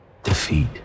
Defeat